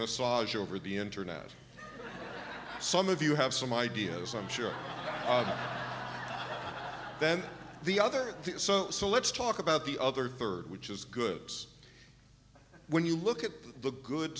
massage over the internet some of you have some ideas i'm sure then the other so let's talk about the other third which is goods when you look at the good